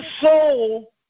soul